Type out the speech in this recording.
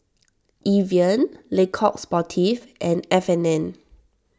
Evian Le Coq Sportif and F and N